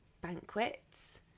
banquets